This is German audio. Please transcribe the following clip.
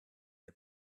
der